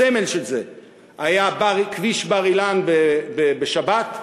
הסמל של זה היה כביש בר-אילן בשבת,